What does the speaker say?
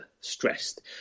stressed